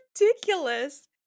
ridiculous